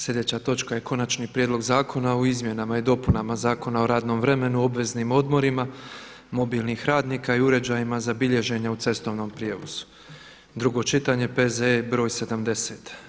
Sljedeća točka je - Konačni prijedlog zakona o izmjenama i dopunama Zakona o radnom vremenu i obveznim odmorima mobilnih radnika i uređajima za bilježenje u cestovnom prijevozu, drugo čitanje, P.Z.E. br. 70.